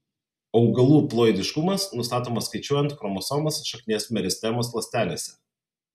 augalų ploidiškumas nustatomas skaičiuojant chromosomas šaknies meristemos ląstelėse